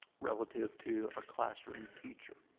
relative to a classroom teacher.